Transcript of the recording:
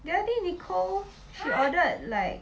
the other day nicole she ordered like